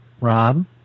Rob